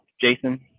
Jason